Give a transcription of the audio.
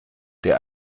der